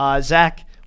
Zach